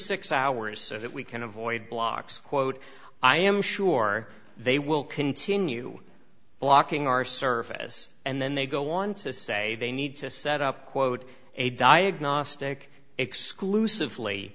six hours so that we can avoid blocks quote i am sure they will continue blocking our service and then they go on to say they need to set up quote a diagnostic exclusively